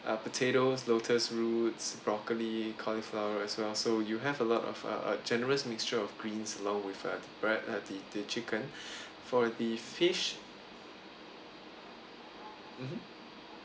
uh potatoes lotus roots broccoli cauliflower as well so you have a lot of uh uh generous mixture of greens along with uh the bread and the the chicken for the fish mmhmm